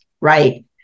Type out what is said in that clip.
Right